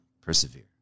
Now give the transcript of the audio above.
persevere